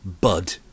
Bud